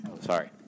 Sorry